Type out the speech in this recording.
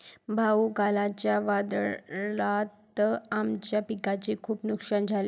भाऊ, कालच्या वादळात आमच्या पिकाचे खूप नुकसान झाले